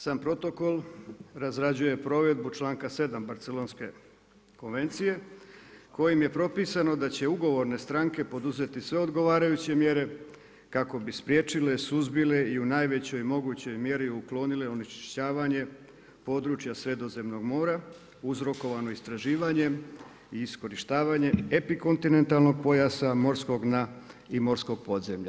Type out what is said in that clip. Sam protokol razrađuje provedbu članka 7. Barcelonske konvencije kojim je propisano da će ugovorne stranke poduzeti sve odgovarajuće mjere kako bi spriječile, suzbile i u najvećoj mogućoj mjeri uklonile onečišćavanje područja Sredozemnog mora uzrokovano istraživanjem i iskorišavanje epikontinentalnog pojasa morskog dna i morskog podzemlja.